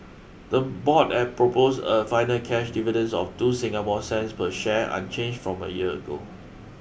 the board had proposed a final cash dividends of two Singapore cents per share unchanged from a year ago